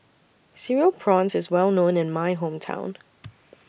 Cereal Prawns IS Well known in My Hometown